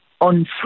on